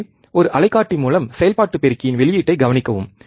எனவே ஒரு அலைக்காட்டி மூலம் செயல்பாட்டு பெருக்கியின் வெளியீட்டைக் கவனிக்கவும்